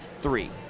three